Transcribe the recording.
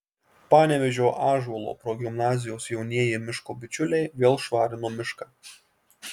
panevėžio ąžuolo progimnazijos jaunieji miško bičiuliai vėl švarino mišką